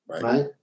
right